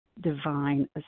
Divine